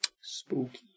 Spooky